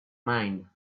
mind